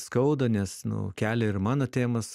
skauda nes nu kelia ir mano temas